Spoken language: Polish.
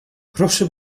proszę